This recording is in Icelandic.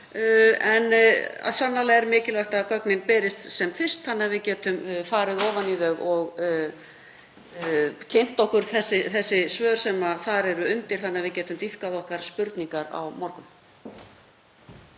er sannarlega mikilvægt að gögnin berist sem fyrst þannig að við getum farið ofan í þau og kynnt okkur þau svör sem þar eru undir þannig að við getum dýpkað spurningar okkar á morgun.